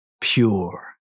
pure